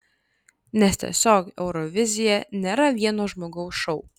nes tiesiog eurovizija nėra vieno žmogaus šou